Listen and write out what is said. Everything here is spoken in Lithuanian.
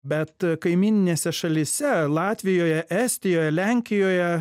bet kaimyninėse šalyse latvijoje estijoje lenkijoje